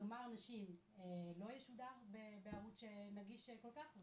גמר הנשים לא ישודר בערוץ שנגיש כל כך,